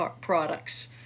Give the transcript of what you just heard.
products